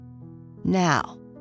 Now